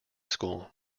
school